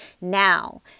Now